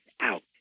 out